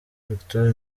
victoire